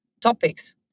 topics